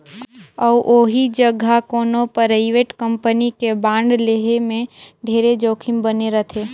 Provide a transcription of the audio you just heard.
अउ ओही जघा कोनो परइवेट कंपनी के बांड लेहे में ढेरे जोखिम बने रथे